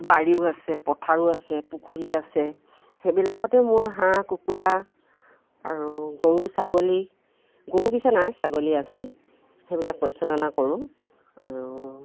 বাৰীও আছে পথাৰো আছে পুখুৰী আছে সেইবিলাকতে মোৰ হাঁহ কুকুৰা আৰু গৰু ছাগলী গৰু পিছে নাই ছাগলী আছে সেইবিলাক পৰিচালনা কৰোঁ আৰু